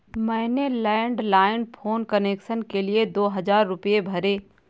मैंने landline phone connection के लिए दो हजार रुपए भरे